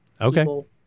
Okay